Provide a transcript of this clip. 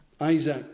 Isaac